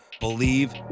believe